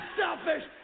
selfish